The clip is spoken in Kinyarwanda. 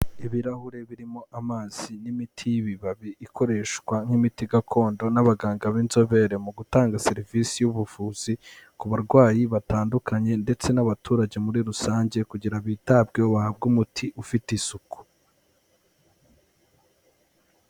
Ibirahure birimo amazi n'imiti y'ibibabi ikoreshwa nk'imiti gakondo n'abaganga b'inzobere mu gutanga serivisi y'ubuvuzi ku barwayi batandukanye ndetse n'abaturage muri rusange kugira ngo bitabweho bahabwe umuti ufite isuku.